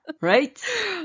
Right